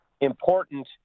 important